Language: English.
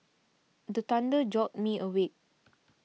the thunder jolt me awake